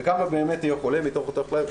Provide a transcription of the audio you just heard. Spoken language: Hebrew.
וכמה באמת יהיו חולים מתוך אותה אוכלוסייה?